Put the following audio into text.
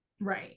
Right